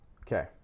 Okay